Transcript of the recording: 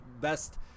Best